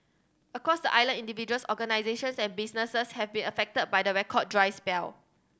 across the island individuals organisations and businesses have been affected by the record dry spell